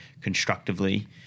constructively